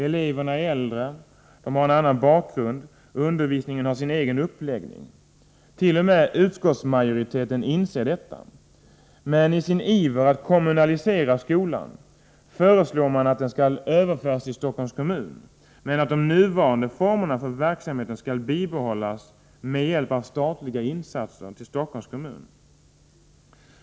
Eleverna är äldre, de har en annan bakgrund, och undervisningen har sin egen uppläggning. T. o. m. utskottsmajoriteten inser detta, men i sin iver att kommunalisera skolan föreslår man att den skall överföras till Stockholms kommun men att de nuvarande formerna för verksamheten skall bibehållas med hjälp av statliga insatser till Stockholms kommun.